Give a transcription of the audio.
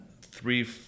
three